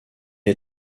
est